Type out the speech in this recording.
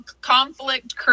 conflict